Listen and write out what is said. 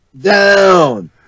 down